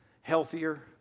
healthier